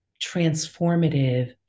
transformative